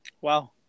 Wow